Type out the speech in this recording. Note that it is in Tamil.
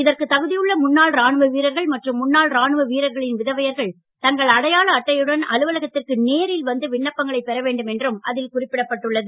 இதற்கு தகுதியுள்ள முன்னாள் இராணுவ வீரர்கள் மற்றும் முன்னாள் இராணுவ வீரர்களின் விதவையர்கள் தங்கள் அடையாள அட்டையுடன் அலுவலகத்திற்கு நேரில் வந்து விண்ணப்பங்களை பெறவேண்டும் என்றும் அதில் குறிப்பிடப்பட்டுள்ளது